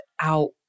out